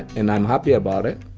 and i'm happy about it.